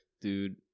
Dude